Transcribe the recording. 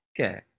Okay